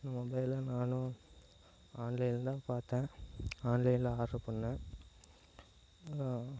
இந்த மொபைலை நானும் ஆன்லைனில் தான் பார்த்தேன் ஆன்லைனில் ஆர்டர் பண்ணேன்